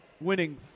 winning